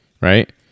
Right